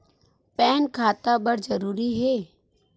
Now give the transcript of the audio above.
Pan खाता बर जरूरी हे?